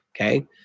okay